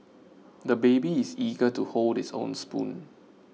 the baby is eager to hold his own spoon